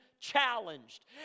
challenged